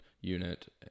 unit